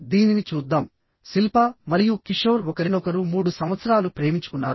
దీనిని చూద్దాం శిల్పా మరియు కిషోర్ ఒకరినొకరు మూడు సంవత్సరాలు ప్రేమించుకున్నారు